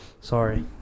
Sorry